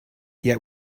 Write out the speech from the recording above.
yet